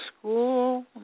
school